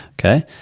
Okay